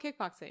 kickboxing